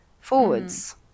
forwards